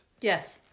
Yes